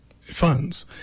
funds